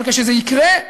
אבל כשזה יקרה,